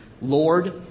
Lord